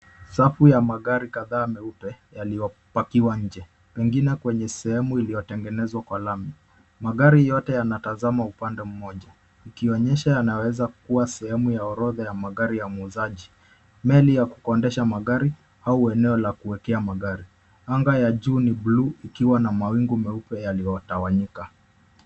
Safu ya magari kadhaa meupe yaliyopakiwa nje pengine kwenye sehemu iliyotengenezwa kwa lami. Magari yote yanatazama upande mmoja ikionyesha yanaweza kuwa sehemu ya orodha ya muuzaji, meli ya kukondesha magari au eneo la kuwekea magari. Anga ya juu ni bluu ikiwa na mawingu meupe yaliyotawanyika.